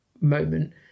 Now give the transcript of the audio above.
moment